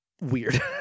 weird